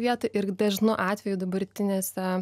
vietą ir dažnu atveju dabartinėse